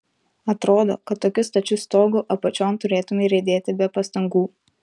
atrodo kad tokiu stačiu stogu apačion turėtumei riedėti be pastangų